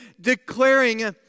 declaring